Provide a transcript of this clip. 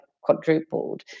quadrupled